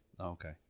Okay